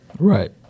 Right